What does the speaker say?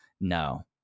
no